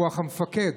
רוח המפקד.